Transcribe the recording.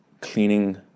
cleaning